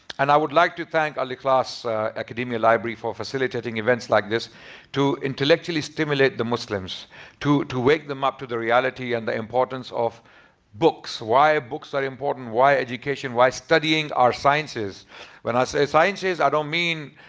and i would like to thank al-iklaas academia and library for facilitating events like this to intellectually stimulate the muslims to to wake them up to the reality and the importance of books. why ah books are important. why education why studying our sciences when i say sciences. i don't mean.